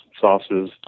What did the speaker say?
sauces